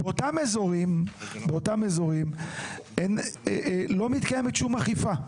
באותם אזורים לא מתקיימת שום אכיפה,